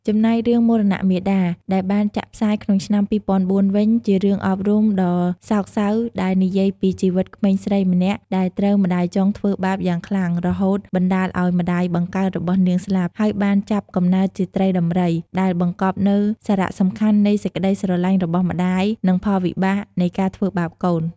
ចំណែករឿង មរណៈមាតា ដែលបានចាក់ផ្សាយក្នុងឆ្នាំ ២០០៤ វិញ ជារឿងអប់រំដ៏សោកសៅដែលនិយាយពីជីវិតក្មេងស្រីម្នាក់ដែលត្រូវម្ដាយចុងធ្វើបាបយ៉ាងខ្លាំង រហូតបណ្ដាលឱ្យម្ដាយបង្កើតរបស់នាងស្លាប់ ហើយបានចាប់កំណើតជាត្រីដំរី ដែលបង្កប់នូវសារៈសំខាន់នៃសេចក្ដីស្រឡាញ់របស់ម្ដាយ និងផលវិបាកនៃការធ្វើបាបកូន។។